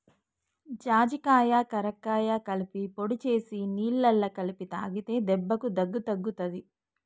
జాజికాయ కరక్కాయ కలిపి పొడి చేసి నీళ్లల్ల కలిపి తాగితే దెబ్బకు దగ్గు తగ్గుతది